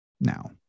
now